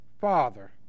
father